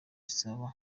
isaba